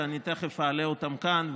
שאני תכף אעלה אותן כאן,